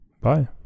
Bye